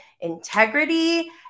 integrity